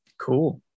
Cool